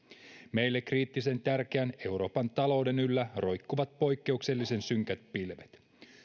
meille kriittisen tärkeän euroopan talouden yllä roikkuvat poikkeuksellisen synkät pilvet